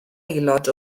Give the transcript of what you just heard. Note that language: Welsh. aelod